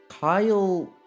Kyle